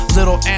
little